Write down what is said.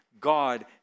God